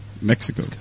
Mexico